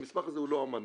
המסמך הזה הוא לא אמנה,